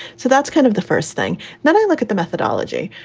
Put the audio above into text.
so that's kind of the first thing that i look at the methodology.